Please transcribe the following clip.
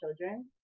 children